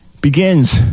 begins